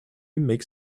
makes